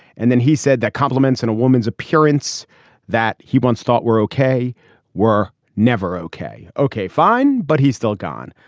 and then he said that compliments and a woman's appearance that he once thought were ok were never ok. ok, fine. but he's still gone.